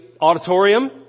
auditorium